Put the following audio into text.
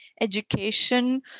education